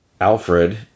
Alfred